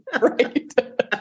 Right